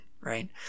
Right